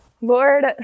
Lord